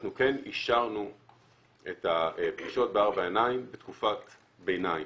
אנחנו כן אישרנו את הפגישות בארבע עיניים בתקופת ביניים.